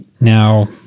Now